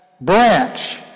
branch